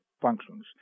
functions